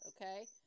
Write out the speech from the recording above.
Okay